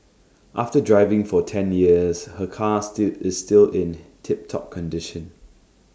after driving for ten years her car ii is still in tip top condition